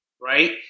right